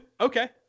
Okay